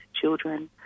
children